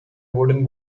wooden